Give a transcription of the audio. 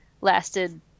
lasted